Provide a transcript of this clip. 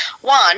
One